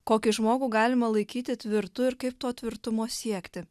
kokį žmogų galima laikyti tvirtu ir kaip to tvirtumo siekti